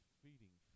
feeding